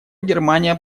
германия